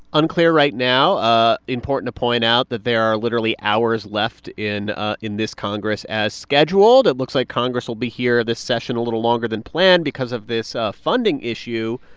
unclear right now ah important to point out that there are literally hours left in ah in this congress as scheduled. it looks like congress will be here this session a little longer than planned because of this funding issue.